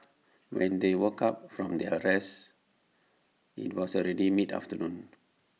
when they woke up from their rest IT was already mid afternoon